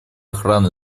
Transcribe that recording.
охраны